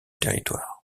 territoire